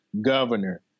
governor